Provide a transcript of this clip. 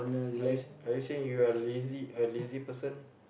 are you are you saying you're lazy a lazy person